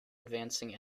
advancing